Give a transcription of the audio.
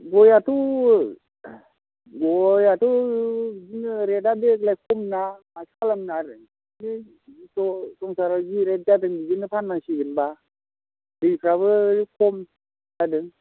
गयाथ' गयाथ' बिदिनो रेटआ देग्लाय खमना माथो खालामनो आरो बिदिनोथ' सरखारा जि रेट जादों बिदिनो फाननांसिगोन ना दैफ्राबो एकदम जादों